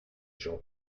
gens